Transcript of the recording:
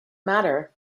matter